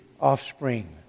offspring